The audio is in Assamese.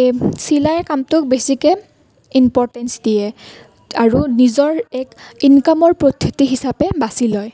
এই চিলাই কামটোক বেছিকৈ ইমপৰটেণ্টছ দিয়ে আৰু নিজৰ এক ইনকামৰ পদ্ধতি হিচাপে বাচি লয়